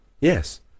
Yes